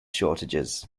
shortages